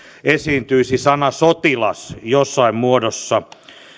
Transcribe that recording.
esiintyisi sana sotilas jossain muodossa